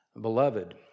Beloved